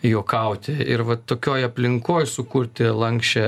juokauti ir va tokioj aplinkoj sukurti lanksčią